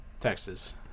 Texas